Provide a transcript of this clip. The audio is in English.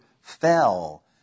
fell